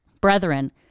Brethren